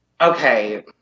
Okay